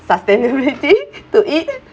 sustainability to eat